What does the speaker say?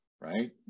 right